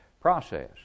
process